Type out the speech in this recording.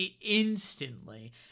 instantly